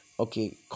Okay